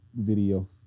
video